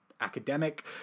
academic